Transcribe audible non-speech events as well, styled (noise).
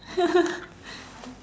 (laughs)